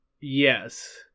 yes